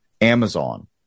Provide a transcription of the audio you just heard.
Amazon